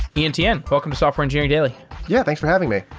ian tien, welcome to software engineering daily yeah, thanks for having me.